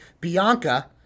Bianca